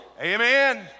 Amen